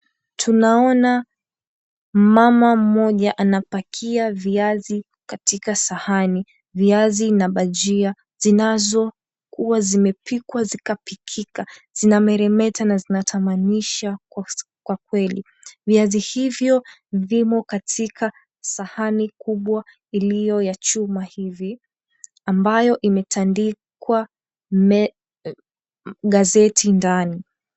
Tunaona mama mmoja anapakia viazi katika sahani na. Viazi na bhajia zinazokuwa zimepikwa zikapikika. Zinameremeta na zinatamanisha kwa kweli. Viazi hivyo vimo katika sahani kubwa iliyo ya chuma hivi ambayo imetandikwa gazeti ndani.